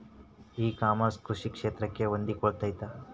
E commerce ಕೃಷಿ ಕ್ಷೇತ್ರಕ್ಕೆ ಹೊಂದಿಕೊಳ್ತೈತಾ?